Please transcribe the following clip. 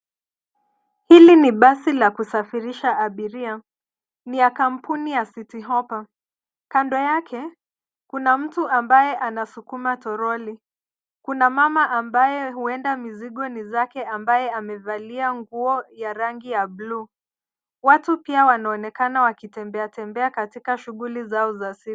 Hili ni basi la kusafirisha abiria ni ya kampuni ya city hoppa . Kondo yake kuna mtu ambaye anasukuma toroli. Kuna mama ambaye huenda mizigo ni zake ambaye amevalia nguo ya rangi ya blue . Watu pia wanaonekana wakitembeatembea katika shughuli zao za siku.